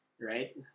right